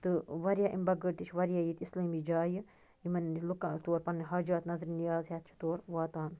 تہٕ واریاہ اَمہِ بغٲر تہِ چھُ واریاہ ییٚتہِ اِسلٲمی جایہِ یِمن لوٗکہ تور پَننٕۍ حاجات نظرِ نِیاز ہٮ۪تھ چھِ تور واتان